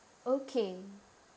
okay